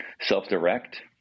self-direct